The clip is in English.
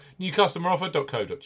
Newcustomeroffer.co.uk